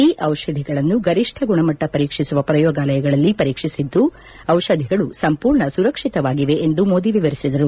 ಈ ದಿಷಧಿಗಳನ್ನು ಗರಿಷ್ಟ ಗುಣಮಟ್ಲ ಪರೀಕ್ಷಿಸುವ ಪ್ರಯೋಗಾಲಯಗಳಲ್ಲಿ ಪರೀಕ್ಷಿಸಿದ್ದು ಟಿಷಧಿಗಳು ಸಂಪೂರ್ಣ ಸುರಕ್ಷಿತವಾಗಿವೆ ಎಂದು ಮೋದಿ ವಿವರಿಸಿದರು